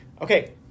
okay